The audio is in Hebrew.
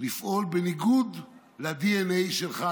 לפעול בניגוד לדנ"א שלך,